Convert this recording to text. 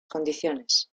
condiciones